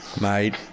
mate